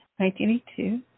1982